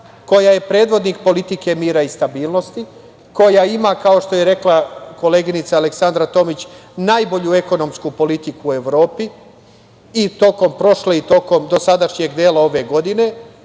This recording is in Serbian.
koja je predvodnik politike mira i stabilnosti, koja ima, kao što je rekla koleginica Aleksandra Tomić, najbolju ekonomsku politiku u Evropi i tokom prošle i tokom dosadašnjeg dela ove godine,